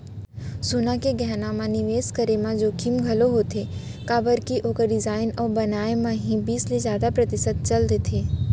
सोना के गहना म निवेस करे म जोखिम घलोक होथे काबर के ओखर डिजाइन अउ बनाए म ही बीस ले जादा परतिसत चल देथे